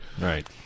Right